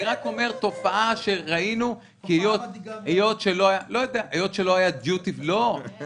אני רק אומר שזו תופעה שראינו כי לא היה דיוטי-פרי וכולי